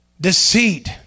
deceit